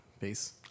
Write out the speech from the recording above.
Peace